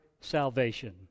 salvation